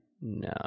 no